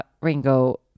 Ringo